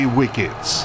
wickets